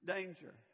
Danger